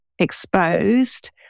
exposed